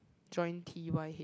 join T_Y head